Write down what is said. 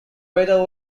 better